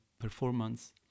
performance